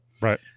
right